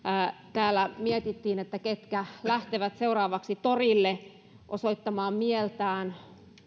täällä mietittiin ketkä lähtevät seuraavaksi torille osoittamaan mieltään